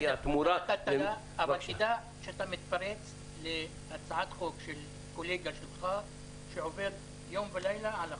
שתדע שאתה מתפרץ להצעת חוק של קולגה שלך שעובד יום ולילה על החוק.